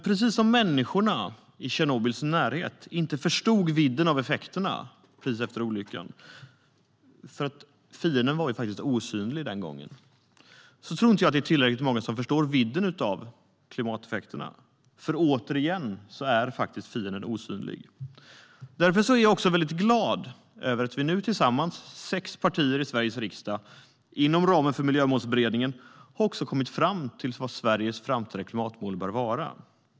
Precis som att människorna i Tjernobyls närhet inte förstod vidden av effekterna efter olyckan - fienden var faktiskt osynlig den gången - är det nog inte tillräckligt många som förstår vidden av klimateffekterna. Återigen är fienden osynlig. Jag är väldigt glad över att vi nu tillsammans, sex partier i Sveriges riksdag, inom ramen för Miljömålsberedningen också har kommit fram till vilka Sveriges framtida klimatmål bör vara.